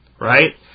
right